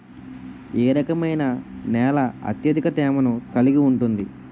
ఏ రకమైన నేల అత్యధిక తేమను కలిగి ఉంటుంది?